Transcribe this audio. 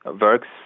works